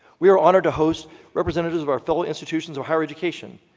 we are honored to host representatives of our fellow institutions of higher education,